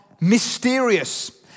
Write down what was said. mysterious